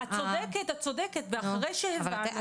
את צודקת, את צודקת ואחרי שהבנו.